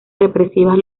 represivas